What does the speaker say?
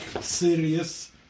serious